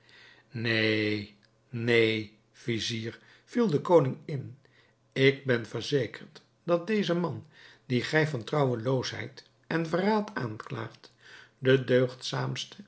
neen neen vizier viel de koning in ik ben verzekerd dat deze man dien gij van trouweloosheid en verraad aanklaagt de deugdzaamste